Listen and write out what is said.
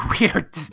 weird